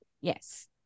Yes